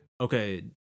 Okay